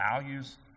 values